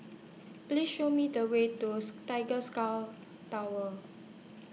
Please Show Me The Way to Tiger Sky Tower